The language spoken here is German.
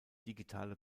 digitale